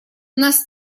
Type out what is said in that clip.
нас